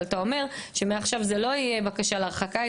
אבל אתה אומר שמעכשיו זה לא יהיה בקשה להרחקה,